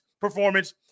performance